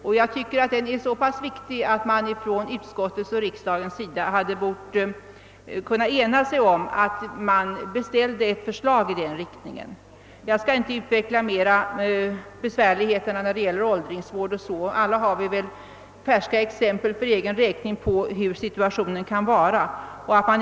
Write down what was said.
Denna fråga är så pass viktig att man från utskottets sida borde ha kunnat ena sig om att beställa ett förslag i den riktningen. Jag skall inte säga något mera om besvärligheterna när det gäller åldringsvården, ty alla har väl från egen erfarenhet färska exempel på hur situationen kan vara.